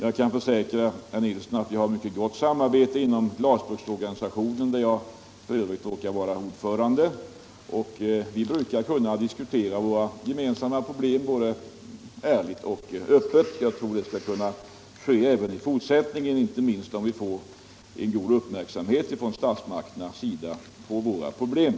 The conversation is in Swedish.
Jag kan försäkra herr Nilsson att vi har ett mycket gott samarbete inom glasbruksorganisationen, där jag f.ö. råkar vara ordförande. Vi brukar kunna diskutera våra gemensamma problem både ärligt och öppet, och jag tror att det skall kunna ske även i fortsättningen, inte minst om vi får en god uppmärksamhet från statsmakterna på våra problem.